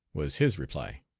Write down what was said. was his reply.